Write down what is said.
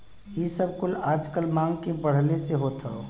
इ सब कुल आजकल मांग के बढ़ले से होत हौ